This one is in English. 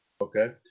Okay